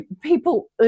people